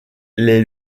les